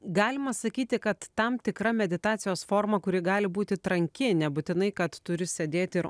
galima sakyti kad tam tikra meditacijos forma kuri gali būti tranki nebūtinai kad turi sėdėt ir